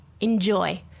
enjoy